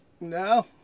No